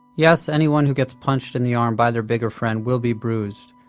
yes, anyone who gets punched in the arm by their bigger friend will be bruised,